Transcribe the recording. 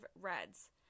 Reds